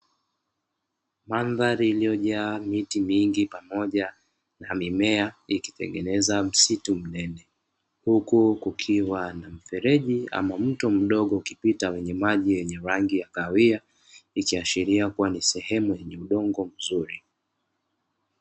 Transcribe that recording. Mandhari iliyojaa miti mingi pamoja na mimea ikitengeneza msitu mnene, huku kukiwa na mfereji ama mto mdogo ukipita wenye maji ya rangi ya kahawia, ikiashiria kuwa ni sehemu yenye udongo mzuri.